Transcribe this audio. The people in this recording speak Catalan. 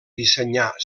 dissenyar